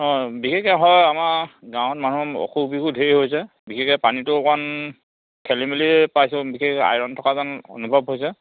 অ' বিশেষকৈ হয় আমাৰ গাঁৱত মানুহ অসুখ বিসুখ ধেৰ হৈছে বিশেষকৈ পানীটো অকণমান খেলি মেলিয়ে পাইছোঁ বিশেষ আইৰণ থকা যেন অনুভৱ হৈছে